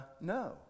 No